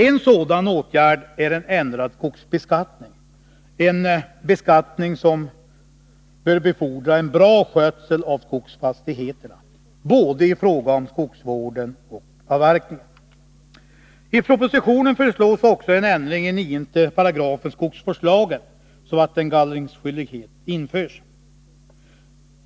En sådan åtgärd är en ändrad skogsbeskattning, en beskattning som befordrar en bra skötsel av skogsfastigheterna både i fråga om skogsvården och i fråga om avverkningen. I propositionen föreslås också en ändring i 9§ skogsvårdslagen som innebär att en gallringsskyldighet införs.